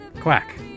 Quack